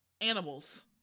animals